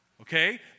okay